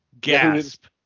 Gasp